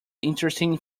interesting